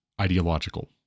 ideological